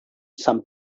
san